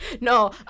No